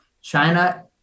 china